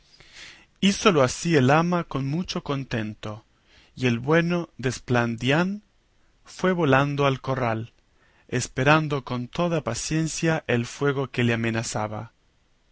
hízolo así el ama con mucho contento y el bueno de esplandián fue volando al corral esperando con toda paciencia el fuego que le amenazaba